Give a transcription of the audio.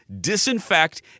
disinfect